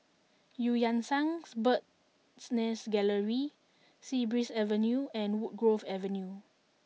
Eu Yan Sang Bird's Nest Gallery Sea Breeze Avenue and Woodgrove Avenue